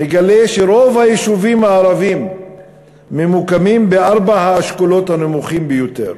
מגלה שרוב היישובים הערביים ממוקמים בארבעת האשכולות הנמוכים ביותר.